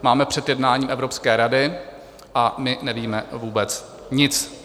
Máme před jednáním Evropské rady a my nevíme vůbec nic.